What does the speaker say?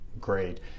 great